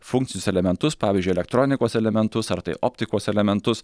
funkcinius elementus pavyzdžiui elektronikos elementus ar tai optikos elementus